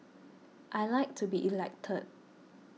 I like to be elected